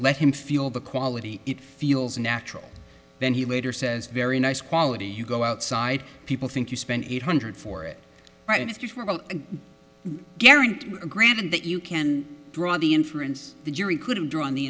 let him feel the quality it feels natural then he later says very nice quality you go outside people think you spend eight hundred for it right it is a guarantee granted that you can draw the inference the jury could have drawn the